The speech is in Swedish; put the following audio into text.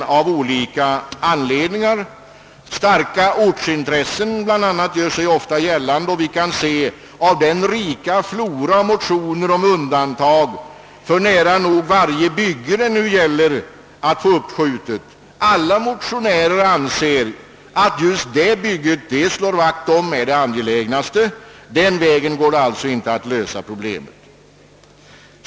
Bl.a. gör sig ofta starka ortsintressen gällande, något som också framgår av den rika floran av motioner med förslag om undantag från regleringen. Alla motionärer anser att just det bygge de slår vakt om är det angelägnaste. Den vägen går det alltså inte att lösa problemet om ökad restriktivitet.